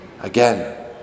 Again